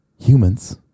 humans